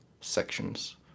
sections